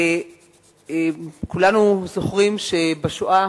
כולנו זוכרים שבשואה